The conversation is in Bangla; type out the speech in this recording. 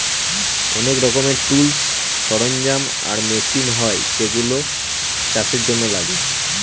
অনেক রকমের টুলস, সরঞ্জাম আর মেশিন হয় যেগুলা চাষের জন্য লাগে